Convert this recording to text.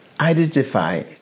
identify